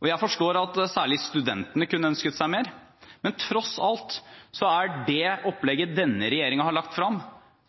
mer. Jeg forstår at særlig studentene kunne ønsket seg mer, men tross alt er det opplegget denne regjeringen har lagt fram,